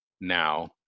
now